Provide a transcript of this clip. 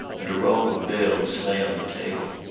and a roll of bills lay on the table.